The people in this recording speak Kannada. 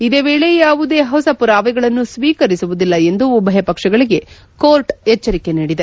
ಇದೇ ವೇಳೆ ಯಾವುದೇ ಹೊಸ ಪೂರಾವೆಗಳನ್ನು ಸ್ವೀಕರಿಸುವುದಿಲ್ಲ ಎಂದು ಉಭಯ ಪಕ್ಷಗಳಿಗೆ ಕೋರ್ಟ್ ಎಚ್ವರಿಕೆ ನೀಡಿದೆ